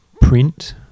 print